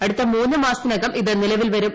അടുത്ത മൂന്നു മാസത്തിനകം ഇത് നിലവിൽ വരും